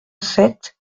sept